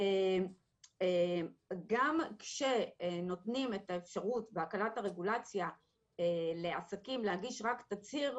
אז גם כאשר נותנים את האפשרות בהכרת הרגולציה לעסקים להגיש רק תצהיר,